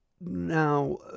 Now